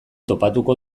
topatuko